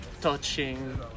touching